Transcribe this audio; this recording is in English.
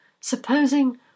Supposing